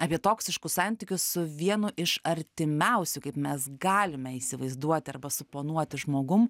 apie toksiškus santykius su vienu iš artimiausių kaip mes galime įsivaizduoti arba suponuoti žmogum